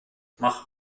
mach